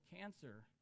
cancer